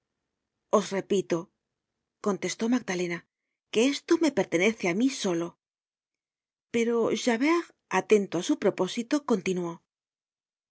os repito contestó magdalena que esto me pertenece á mi solo pero javert atento á su